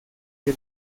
que